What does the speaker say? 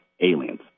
aliens